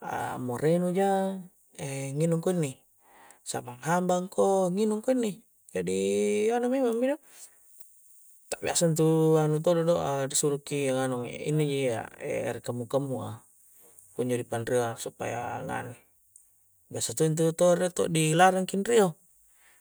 aa more nu ja nginung ko inni samang hamangko nginung ko inni jadi anu memnag mi do takbaisa intu anu todo-do a di suruh ki anganu ini ji erekammu-kamu a kunjo ri panrioang supaya nganu i baisa to intu to riek tau di larangki anrio